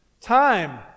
time